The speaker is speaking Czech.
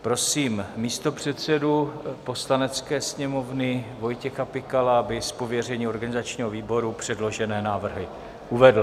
Prosím místopředsedu Poslanecké sněmovny Vojtěcha Pikala, aby z pověření organizačního výboru předložené návrhy uvedl.